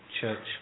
Church